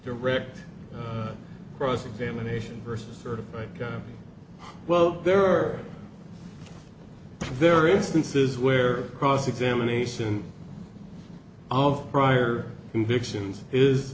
direct cross examination versus sort of right kyra well there are there are instances where cross examination of prior convictions is